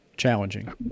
challenging